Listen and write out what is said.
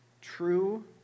true